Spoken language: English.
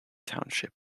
township